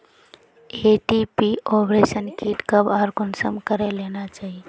MTP abortion kit कब आर कुंसम करे लेना चही?